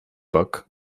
book